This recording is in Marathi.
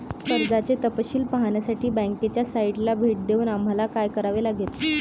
कर्जाचे तपशील पाहण्यासाठी बँकेच्या साइटला भेट देऊन आम्हाला काय करावे लागेल?